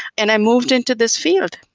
and i moved into this field.